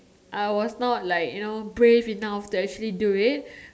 I was not like you know brave enough to actually do it